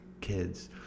kids